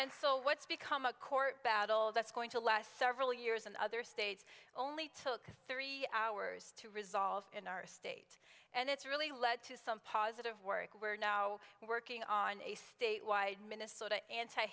and so what's become a court battle that's going to last several years and other states only took three hours to resolve in our state and it's really led to some positive work we're now working on a state wide minnesota anti